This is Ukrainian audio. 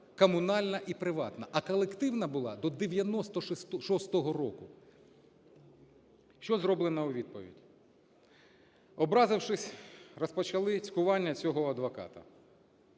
комунальна і приватна, а колективна була до 96-го року. Що зроблено у відповідь? Образившись, розпочали цькування цього адвоката,